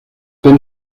bin